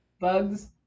Bugs